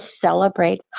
celebrate